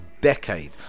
decade